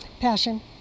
Passion